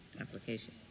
application